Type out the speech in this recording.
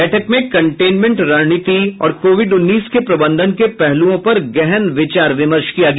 बैठक में कंटेनमेंट रणनीति और कोविड उन्नीस के प्रबंधन के पहलूओं पर गहन विचार विमर्श किया गया